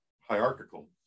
hierarchical